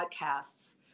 podcasts